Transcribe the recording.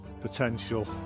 potential